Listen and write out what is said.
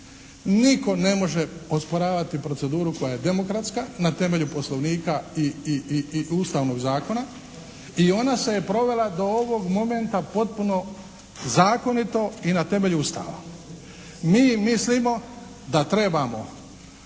Nitko ne može osporavati proceduru koja je demokratska na temelju Poslovnika i Ustavnog zakona. I ona se je provela do ovog momenta potpuno zakonito i na temelju Ustava. Mi mislimo da trebamo